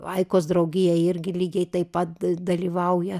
aikos draugija irgi lygiai taip pat dalyvauja